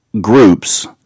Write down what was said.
groups